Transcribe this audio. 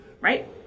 Right